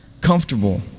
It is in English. comfortable